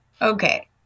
okay